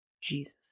Jesus